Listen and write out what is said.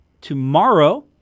tomorrow